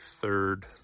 third